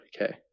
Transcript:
okay